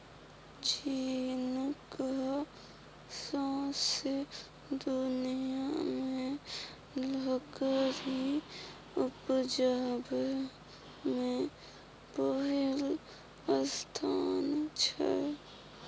चीनक सौंसे दुनियाँ मे लकड़ी उपजाबै मे पहिल स्थान छै